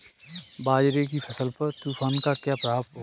बाजरे की फसल पर तूफान का क्या प्रभाव होगा?